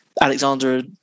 Alexander